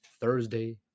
Thursday